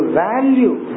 value